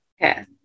Okay